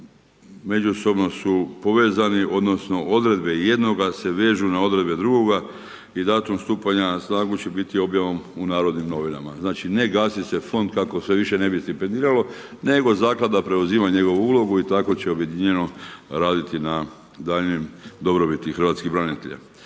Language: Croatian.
međusobno su povezani odnosno odredbe jednoga se vežu na odredbe drugoga i datum stupanja na snagu će biti objavom u Narodnim novinama. Znači ne gasi se fond kako se više ne bi stipendiralo nego zaklada preuzima njegovu ulogu i tako će objedinjeno raditi na daljnjoj dobrobiti hrvatskih branitelja.